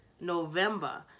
November